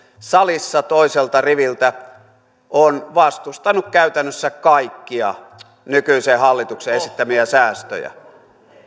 salissa toiselta riviltä on vastustanut käytännössä kaikkia nykyisen hallituksen esittämiä säästöjä